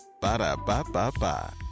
Ba-da-ba-ba-ba